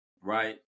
right